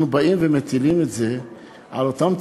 אנחנו באים ומטילים את זה על אותם צרכנים,